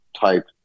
type